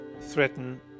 threaten